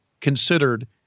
considered